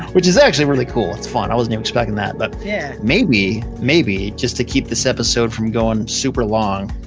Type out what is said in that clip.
which is actually really cool, it's fun, i wasn't even expecting that, but yeah maybe, maybe, just to keep this episode from going super long,